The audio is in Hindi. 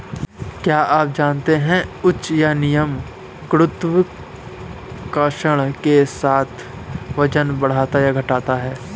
क्या आप जानते है उच्च या निम्न गुरुत्वाकर्षण के साथ वजन बढ़ता या घटता है?